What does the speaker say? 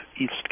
East